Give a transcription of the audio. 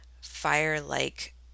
fire-like